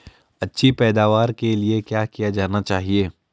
अच्छी पैदावार के लिए क्या किया जाना चाहिए?